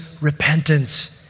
repentance